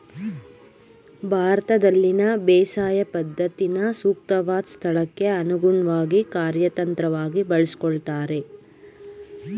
ಭಾರತದಲ್ಲಿನ ಬೇಸಾಯ ಪದ್ಧತಿನ ಸೂಕ್ತವಾದ್ ಸ್ಥಳಕ್ಕೆ ಅನುಗುಣ್ವಾಗಿ ಕಾರ್ಯತಂತ್ರವಾಗಿ ಬಳಸ್ಕೊಳ್ತಾರೆ